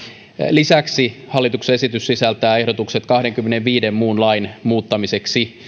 lisäksi hallituksen esitys sisältää ehdotukset kahdenkymmenenviiden muun lain muuttamiseksi